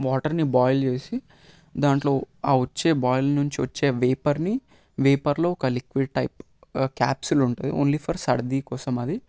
వాటర్ని బాయిల్ చేసి దాంట్లో ఆ వచ్చే బాయిల్ నుంచి వచ్చే వేపర్ని వేపర్లో ఒక లిక్విడ్ టైప్ క్యాప్సూల్ ఉంటుంది ఓన్లీ ఫర్ సర్ది కోసం అది